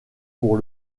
pour